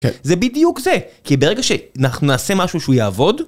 כן. זה בדיוק זה, כי ברגע שאנחנו נעשה משהו שהוא יעבוד...